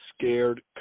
scared